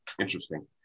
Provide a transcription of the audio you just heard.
Interesting